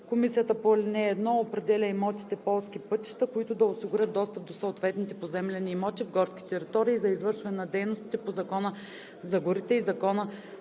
комисията по ал. 1 определя имотите – полски пътища, които да осигуряват достъп до съответните поземлени имоти в горски територии за извършване на дейностите по Закона за горите и Закона